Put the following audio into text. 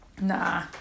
Nah